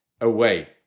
away